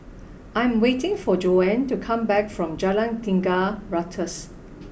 I am waiting for Joanne to come back from Jalan Tiga Ratus